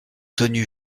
tenu